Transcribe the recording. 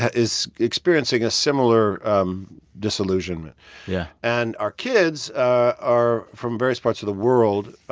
is experiencing a similar um disillusionment yeah and our kids are, from various parts of the world,